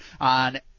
on